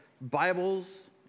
Bibles